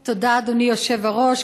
תודה, אדוני היושב-ראש.